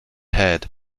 head